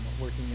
working